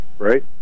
right